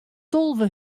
tolve